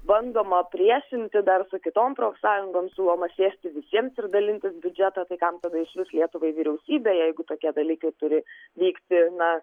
bandoma priešinti dar su kitom profsąjungom siūloma sėsti visiems ir dalintis biudžetą tai kam tada išvis lietuvai vyriausybė jeigu tokie dalykai turi vykti na